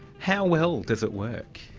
how well does it work?